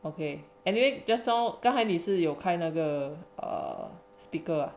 okay anyway just now 刚才你是有开那个 a speaker ah